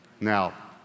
Now